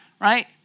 right